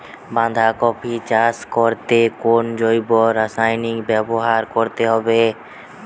বাঁধাকপি চাষ করতে কোন জৈব রাসায়নিক ব্যবহার করতে হবে?